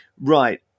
right